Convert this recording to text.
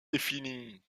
défini